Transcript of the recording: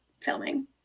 filming